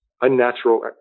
unnatural